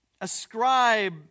ascribe